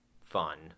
fun